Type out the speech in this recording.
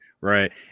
right